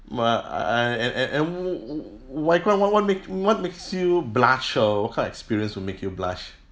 my I and and and w~ wai kwan what what make what makes you blush or what kind of experience will make you blush